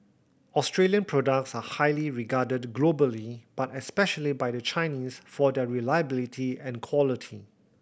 Australian products are highly regarded globally but especially by the Chinese for their reliability and quality